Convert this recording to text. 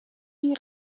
die